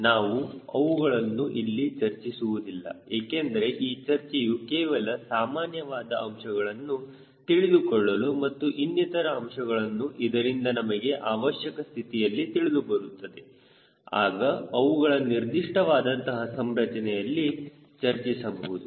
ನಾವು ಅವುಗಳನ್ನು ಇಲ್ಲಿ ಚರ್ಚಿಸುವುದಿಲ್ಲ ಏಕೆಂದರೆ ಈ ಚರ್ಚೆಯು ಕೇವಲ ಸಾಮಾನ್ಯವಾದ ಅಂಶಗಳನ್ನು ತಿಳಿದುಕೊಳ್ಳಲು ಮತ್ತು ಇನ್ನಿತರ ಅಂಶಗಳು ಇದರಿಂದ ನಮಗೆ ಅವಶ್ಯಕ ಸ್ಥಿತಿಯಲ್ಲಿ ತಿಳಿದುಬರುತ್ತದೆ ಆಗ ಅವುಗಳ ನಿರ್ದಿಷ್ಟ ವಾದಂತಹ ಸಂರಚನೆಯಲ್ಲಿ ಚರ್ಚಿಸಬಹುದು